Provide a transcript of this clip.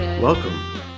Welcome